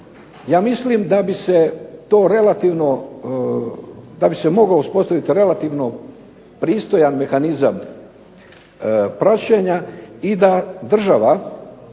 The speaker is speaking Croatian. Ja mislim da bi se to relativno, da bi se moglo uspostaviti relativno pristojan mehanizam praćenja i da država